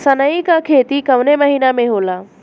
सनई का खेती कवने महीना में होला?